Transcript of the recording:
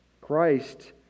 Christ